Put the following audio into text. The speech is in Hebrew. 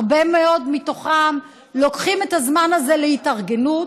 הרבה מאוד מתוכם לוקחים את הזמן הזה להתארגנות,